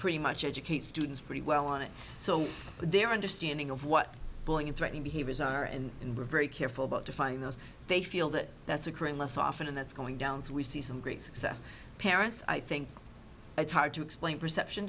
pretty much educate students pretty well on it so their understanding of what going in threatening behaviors are and and we're very careful about defining those they feel that that's occurring less often and that's going down as we see some great success parents i think it's hard to explain perception